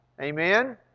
amen